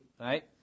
right